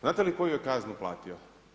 Znate li koju je kaznu platio?